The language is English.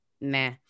nah